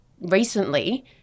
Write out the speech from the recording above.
recently